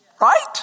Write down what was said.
right